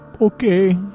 Okay